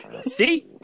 See